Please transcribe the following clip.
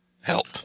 help